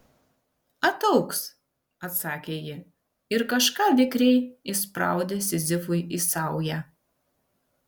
ataugs atsakė ji ir kažką vikriai įspraudė sizifui į saują